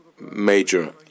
major